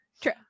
True